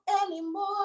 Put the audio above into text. Anymore